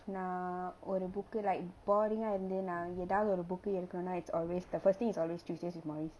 நா ஒரு:naa oru book like boring ah இருந்தேன்னா எதாவுது ஒரு:irunthaenaa ethavuthu book எடுக்கணும்னா:edukkanumna it's always the first thing is always tuesdays with morries